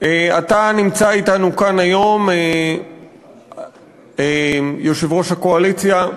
אתה נמצא אתנו כאן היום, יושב-ראש הקואליציה.